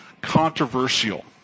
controversial